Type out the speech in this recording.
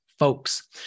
folks